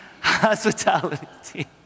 Hospitality